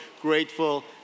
grateful